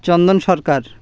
চন্দন সরকার